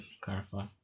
Clarify